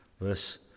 verse